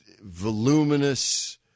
voluminous